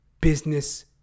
business